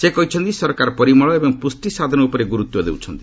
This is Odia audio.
ସେ କହିଛନ୍ତି ସରକାର ପରିମଳ ଏବଂ ପୁଷ୍ଟି ସାଧନ ଉପରେ ଗୁରୁତ୍ୱ ଦେଉଛନ୍ତି